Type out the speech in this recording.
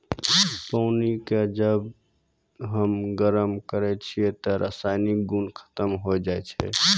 पानी क जब हम गरम करै छियै त रासायनिक गुन खत्म होय जाय छै